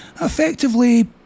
effectively